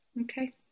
Okay